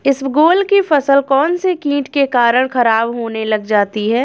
इसबगोल की फसल कौनसे कीट के कारण खराब होने लग जाती है?